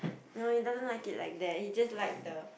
no he doesn't like it like that he just likes the